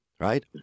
right